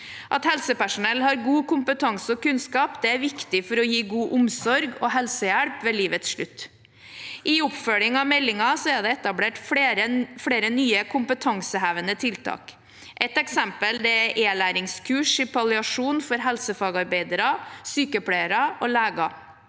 At helsepersonell har god kompetanse og kunnskap, er viktig for å gi god omsorg og helsehjelp ved livets slutt. I oppfølgingen av meldingen er det etablert flere nye kompetansehevende tiltak. Et eksempel er elæringskurs i palliasjon for helsefagarbeidere, sykepleiere og leger.